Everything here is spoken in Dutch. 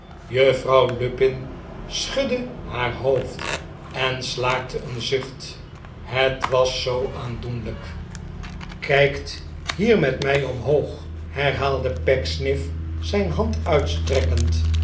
juffrouw lupin schudde haar hoofd en slaakte een zucht het was zoo aandoenlijkl kijkt hier met mij omhoog herhaalde pecksniff zijn hand uitstrekkend